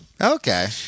Okay